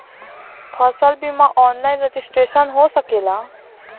फसल बिमा online registration हो सकेला?